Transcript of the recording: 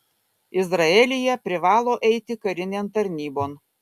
izraelyje privalo eiti karinėn tarnybon